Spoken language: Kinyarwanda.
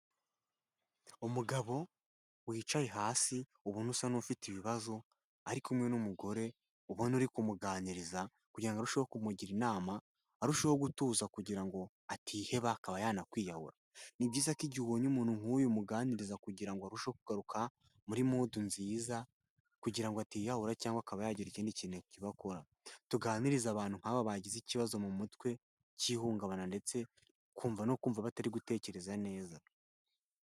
Umugabo wicaye hasi ubona usa n'ufite ibibazo, ari kumwe n'umugore ubona uri kumuganiriza kugira ngo arusheho kumugira inama arushaho gutuza kugira ngo atiheba akaba yanakwiyahura, ni byiza ko igihe ubonye umuntu nk'uyu umuganiriza kugira ngo arusheho kugaruka muri mudu nziza, kugira ngo atiyahura cyangwa akaba yagira ikindi kintu kibi akora, tuganirize abantu nk'abo bagize ikibazo mu mutwe cy'ihungabana ndetse no kumva batari gutekereza neza.